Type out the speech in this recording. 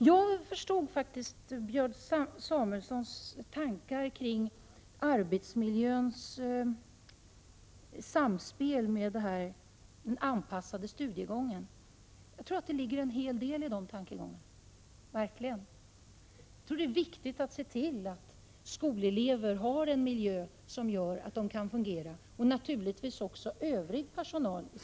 Jag förstod Björn Samuelsons tankar kring arbetsmiljöns samspel med den anpassade studiegången. Jag tror att det ligger en hel del i de tankegångarna. Det är viktigt att se till att skolelever, och naturligtvis också övrig personal i skolan, har en miljö som de kan fungera i.